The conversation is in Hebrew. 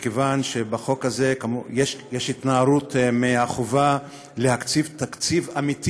מכיוון שבחוק הזה יש התנערות מהחובה להקציב תקציב אמיתי